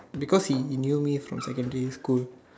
because he knew me from secondary school